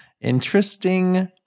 Interesting